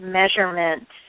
measurement